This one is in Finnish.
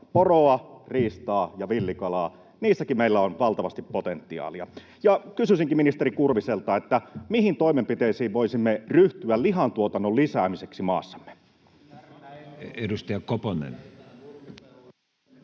poroa, riistaa ja villikalaa, niissäkin meillä on valtavasti potentiaalia. Kysyisinkin ministeri Kurviselta: mihin toimenpiteisiin voisimme ryhtyä lihantuotannon lisäämiseksi maassamme? [Petri Huru: